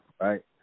right